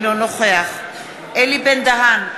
אינו נוכח אלי בן-דהן,